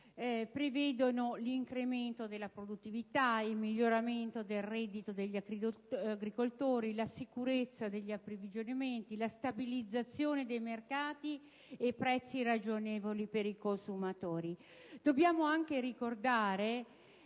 prevedono l'incremento della produttività, il miglioramento del reddito degli agricoltori, la sicurezza degli approvvigionamenti, la stabilizzazione dei mercati e prezzi ragionevoli per i consumatori. Dobbiamo anche ricordare,